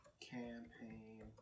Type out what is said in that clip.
campaign